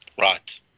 Right